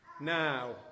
Now